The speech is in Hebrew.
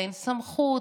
ואין סמכות,